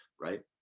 right